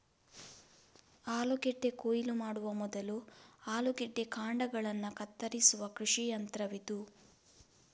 ಆಲೂಗೆಡ್ಡೆ ಕೊಯ್ಲು ಮಾಡುವ ಮೊದಲು ಆಲೂಗೆಡ್ಡೆ ಕಾಂಡಗಳನ್ನ ಕತ್ತರಿಸುವ ಕೃಷಿ ಯಂತ್ರವಿದು